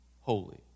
holy